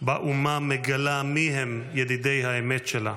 שבה אומה מגלה מי הם ידידי האמת שלה.